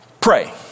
pray